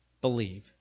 believe